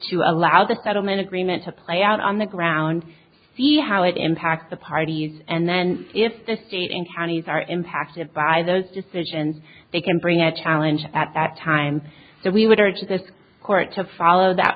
to allow the settlement agreement to play out on the ground see how it impacts the parties and then if the state and counties are impacted by those decisions they can bring a challenge at that time so we would urge this court to follow that